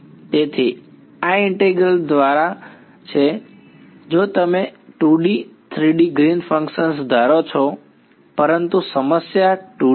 તેથી આ ઇન્ટીગ્રલ દ્વારા છે જો તમે 2D 3D green's function green's function ધારો છો પરંતુ સમસ્યા 2D છે